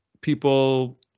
people